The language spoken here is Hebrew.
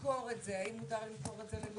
האם מותר למכור את זה?